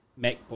MacBook